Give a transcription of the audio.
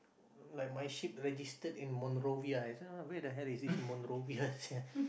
like my ship registered in Monrovia I say where the hell is this Monrovia sia